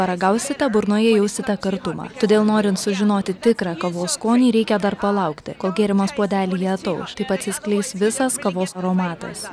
paragausite burnoje jausite kartumą todėl norint sužinoti tikrą kavos skonį reikia dar palaukti kol gėrimas puodelyje atauš taip atsiskleis visas kavos aromatas